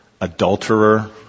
adulterer